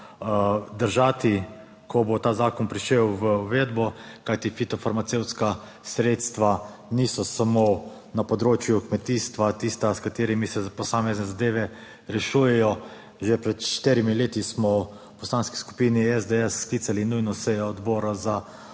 držati, ko bo ta zakon prišel v uvedbo, kajti fitofarmacevtska sredstva niso samo na področju kmetijstva tista, s katerimi se rešujejo posamezne zadeve. Že pred štirimi leti smo v Poslanski skupini SDS sklicali nujno sejo odbora za okolje